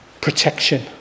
protection